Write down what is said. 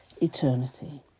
Eternity